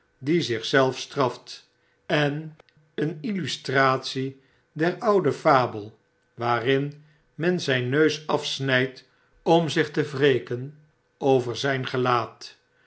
die zich zelf straft en een illustratie der oude fabel waarin men zyn neus afsnpt om zich te wreken over zgn gelaat